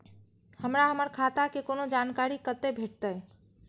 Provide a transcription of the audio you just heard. हमरा हमर खाता के कोनो जानकारी कते भेटतै